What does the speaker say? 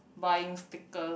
buying stickers